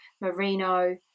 merino